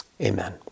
Amen